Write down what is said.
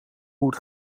hoe